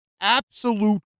Absolute